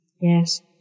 Yes